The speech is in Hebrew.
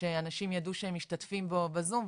שאנשים ידעו שהם משתתפים בו בזום,